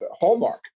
Hallmark